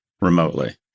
remotely